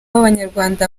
abanyarwanda